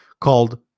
called